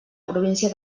província